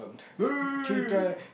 wait wait wait wait